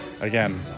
again